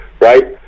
right